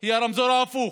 היא הרמזור ההפוך: